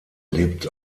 lebt